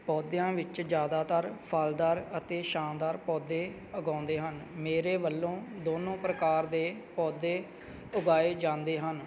ਪੌਦਿਆਂ ਵਿੱਚ ਜ਼ਿਆਦਾਤਰ ਫਲਦਾਰ ਅਤੇ ਛਾਂ ਦਾਰ ਪੌਦੇ ਉਗਾਉਂਦੇ ਹਨ ਮੇਰੇ ਵੱਲੋਂ ਦੋਨੋਂ ਪ੍ਰਕਾਰ ਦੇ ਪੌਦੇ ਉਗਾਏ ਜਾਂਦੇ ਹਨ